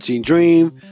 Dream